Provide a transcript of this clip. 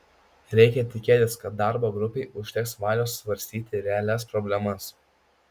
reikia tikėtis kad darbo grupei užteks valios svarstyti realias problemas